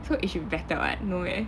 so it should be better [what] no meh